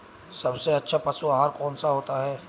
सबसे अच्छा पशु आहार कौन सा होता है?